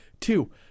Two